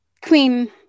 Queen